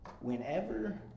whenever